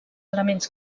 elements